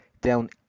down